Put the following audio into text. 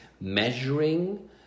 measuring